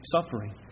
suffering